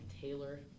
Taylor